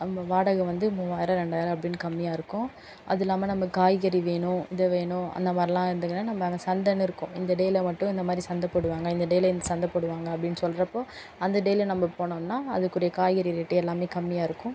வ் வாடகை வந்து மூவாயிரம் இரண்டாயிரம் அப்படினு கம்மியாருக்கும் அதுல்லாமல் நம்ம காய்கறி வேணும் இத வேணும் அந்தமாதிரிலா இருந்திங்கனா நம்ம அங்கே சந்தைன்னு இருக்கும் இந்த டேவில் மட்டும் இந்தமாதிரி சந்தை போடுவாங்கள் இந்த டேல இந்த சந்தை போடுவாங்கள் அப்படினு சொல்லுறப்போ அந்த டேவில் நம்ம போணோம்னா அதுக்குரிய காய்கறி ரேட் எல்லாமே கம்மியாருக்கும்